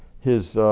his